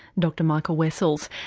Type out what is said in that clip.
dr michael wessells.